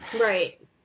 right